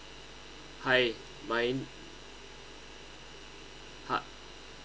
hi my (huh)